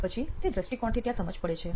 પછી તે દૃષ્ટિકોણથી ત્યાં સમજણ પડે છે